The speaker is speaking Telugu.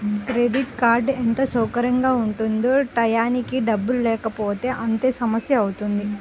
క్రెడిట్ కార్డ్ ఎంత సౌకర్యంగా ఉంటుందో టైయ్యానికి డబ్బుల్లేకపోతే అంతే సమస్యవుతుంది